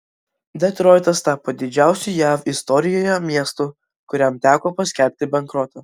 detroitas tapo didžiausiu jav istorijoje miestu kuriam teko paskelbti bankrotą